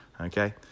Okay